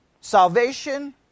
salvation